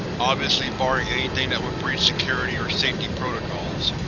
obviously barring anything that would breach security or safety protocols.